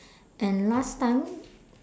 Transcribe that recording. and last time